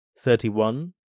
thirty-one